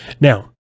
Now